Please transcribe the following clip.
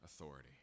authority